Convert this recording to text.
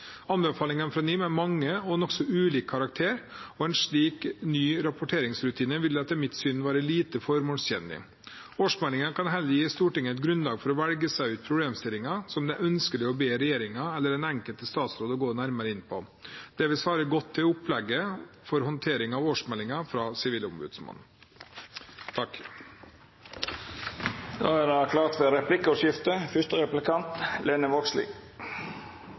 Anbefalingene fra NIM er mange og av nokså ulik karakter, og en slik ny rapporteringsrutine vil etter mitt syn være lite formålstjenlig. Årsmeldingen kan heller gi Stortinget et grunnlag for å velge ut problemstillinger det er ønskelig å be regjeringen eller den enkelte statsråd å gå nærmere inn på. Det vil svare godt til opplegget for håndtering av årsmeldingen fra Sivilombudsmannen.